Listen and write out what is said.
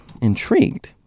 intrigued